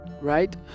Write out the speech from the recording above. right